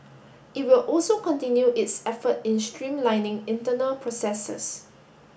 it will also continue its effort in streamlining internal processes